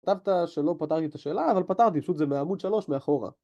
כתבת שלא פתרתי את השאלה אבל פתרתי פשוט זה בעמוד שלוש מאחורה